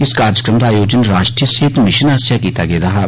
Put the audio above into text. इस कार्यक्रम दा आयोजन राश्ट्रीय सेहत मीशन आस्सेआ कीता गेदा हा